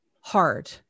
hard